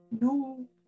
No